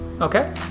Okay